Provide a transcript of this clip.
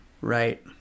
Right